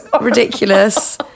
ridiculous